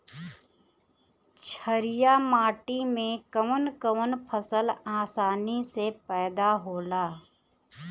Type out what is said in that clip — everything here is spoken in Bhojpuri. छारिया माटी मे कवन कवन फसल आसानी से पैदा होला?